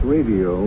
Radio